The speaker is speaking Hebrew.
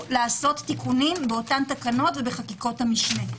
לעשות תיקונים באותן תקנות ובחקיקות המשנה.